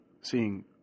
seeing